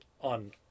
on